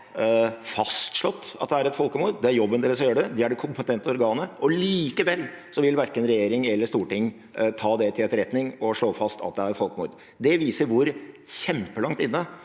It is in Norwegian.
fastslått at det er et folkemord. Det er jobben deres å gjøre det, det er det kompetente organet. Likevel vil verken regjering eller storting ta det til etterretning og slå fast at det er folkemord. Det viser hvor kjempelangt inne